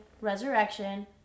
resurrection